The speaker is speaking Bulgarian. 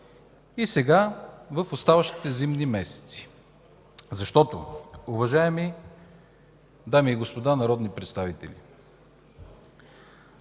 и сега в оставащите зимни месеци. Уважаеми дами и господа народни представители,